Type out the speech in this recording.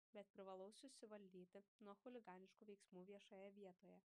bet privalau susivaldyti nuo chuliganiškų veiksmų viešoje vietoje